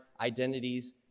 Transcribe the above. identities